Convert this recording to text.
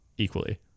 equally